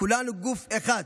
כולנו גוף אחד.